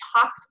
talked